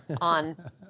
on